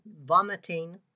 vomiting